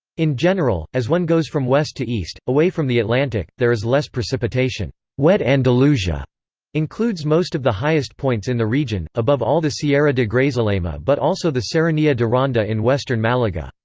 in general, as one goes from west to east, away from the atlantic, there is less precipitation. wet andalusia includes most of the highest points in the region, above all the sierra de grazalema but also the serrania de ronda in western malaga.